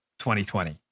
2020